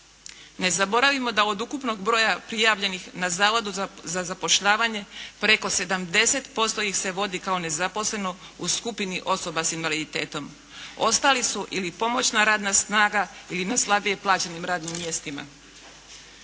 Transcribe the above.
Ne zaboravimo da od ukupnog broja prijavljenih na Zavodu za zapošljavanje preko 70% ih se vodi kao nezaposleno u skupini osoba s invaliditetom. Ostali su ili pomoćna radna snaga ili na slabije plaćenim radnim mjestima.